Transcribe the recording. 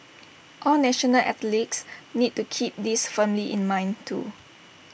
all national athletes need to keep this firmly in mind too